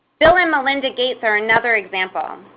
bill and melinda gates are another example.